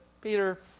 Peter